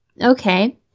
Okay